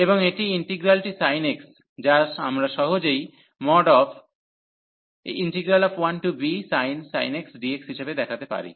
এবং এটি ইন্টিগ্রালটি sin x যা আমরা সহজেই 1bsin x dx হিসাবে দেখাতে পারি